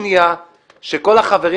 הוא יושב פה ומתייסר מכל שנייה שכל החברים